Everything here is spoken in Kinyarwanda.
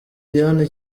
diana